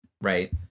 right